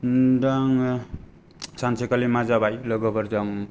दा आङो सानसेखालि मा जाबाय लोगोफोरजों